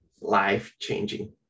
life-changing